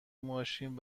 ماشین